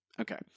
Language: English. okay